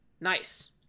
nice